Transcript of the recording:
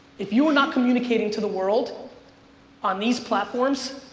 if you are not communicating to the world on these platforms,